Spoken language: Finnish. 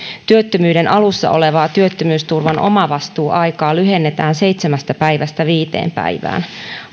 työttömyyden alussa olevaa työttömyysturvan omavastuuaikaa lyhennetään seitsemästä päivästä viiteen päivään